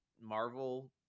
marvel